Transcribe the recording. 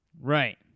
Right